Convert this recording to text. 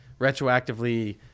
retroactively